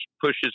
pushes